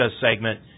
segment